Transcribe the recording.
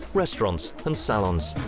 restaurants, and salons.